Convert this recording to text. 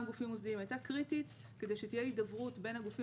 גופים מוסדיים הייתה קריטית כדי שתהיה הידברות בין הגופים